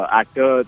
actor